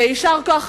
ויישר כוח,